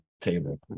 table